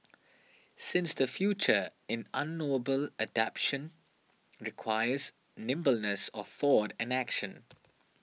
since the future in unknowable adaptation requires nimbleness of thought and action